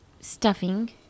stuffing